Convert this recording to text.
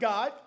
God